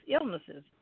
illnesses